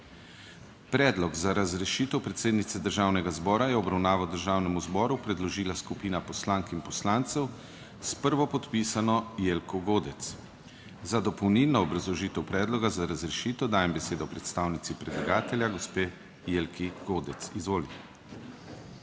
Predlog za razrešitev predsednice Državnega zbora je v obravnavo Državnemu zboru predložila skupina poslank in poslancev s prvopodpisano Jelko Godec. Za dopolnilno obrazložitev predloga za razrešitev dajem besedo predstavnici predlagatelja, gospe Jelki Godec. Izvolite.